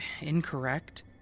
incorrect